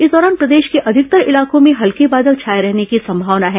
इस दौरान प्रदेश के अधिकतर इलाकों में हल्के बादल छाए रहने की संभावना है